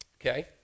Okay